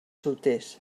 solters